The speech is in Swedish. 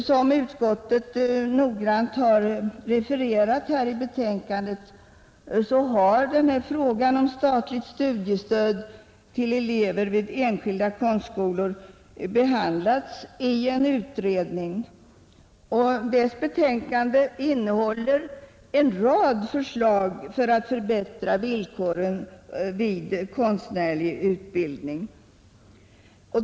Som utskottet noggrant refererar i betänkandet har denna fråga om statligt studiestöd till elever vid enskilda konstskolor behandlats av en utredning. Dess betänkande innehåller en rad förslag för att förbättra villkoren vid konstnärlig utbildning.